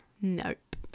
Nope